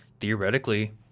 theoretically